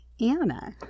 anna